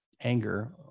anger